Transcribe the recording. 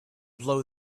blow